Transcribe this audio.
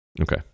okay